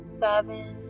seven